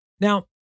Now